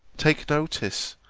take notice,